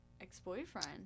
ex-boyfriend